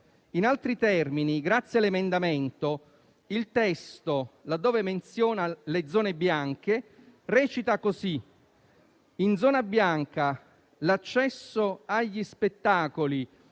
In altri termini, grazie all'emendamento, il testo, laddove menziona le zone bianche, recita così: «In zona bianca, l'accesso agli spettacoli